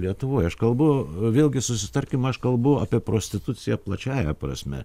lietuvoje aš kalbu vėlgi susitarkim aš kalbu apie prostituciją plačiąja prasme